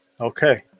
Okay